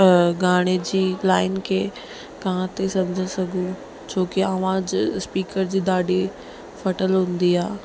अ ॻाइण जी लाइन खे कान थी सम्झी सघूं छोकि आवाजु स्पीकर जी ॾाढी फटल हूंदी आहे